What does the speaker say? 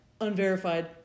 unverified